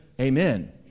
amen